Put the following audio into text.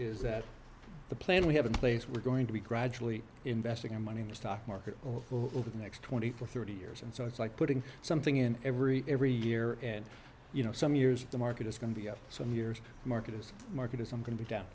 is that the plan we have in place we're going to be gradually investing our money to stock market over the next twenty four thirty years and so it's like putting something in every every year and you know some years the market is going to be up some years marketers market i'm going to down